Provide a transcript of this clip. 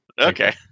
okay